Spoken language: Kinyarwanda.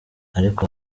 ariko